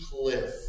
cliff